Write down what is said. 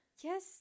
Yes